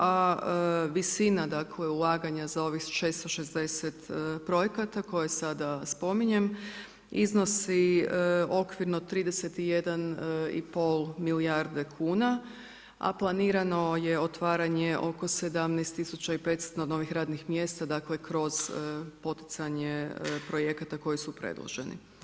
A visina, dakle ulaganja za ovih 660 projekata koje sada spominjem iznosi okvirno 31 i pol milijarde kuna, a planirano je otvaranje oko 17500 novih radnih mjesta, dakle kroz poticanje projekata koji su predloženi.